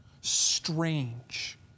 strange